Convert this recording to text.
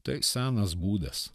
tai senas būdas